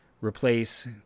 replace